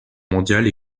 mondiale